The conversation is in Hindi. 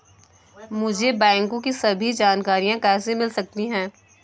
मुझे बैंकों की सभी जानकारियाँ कैसे मिल सकती हैं?